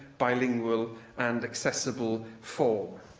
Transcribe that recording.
bilingual and accessible form.